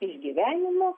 iš gyvenimo